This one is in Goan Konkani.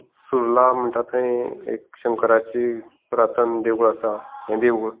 सुर्ला म्हणटा थंय एक शंकराची प्रथम देवूळ आसा हे देवूळ